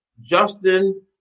Justin